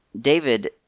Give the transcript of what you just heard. david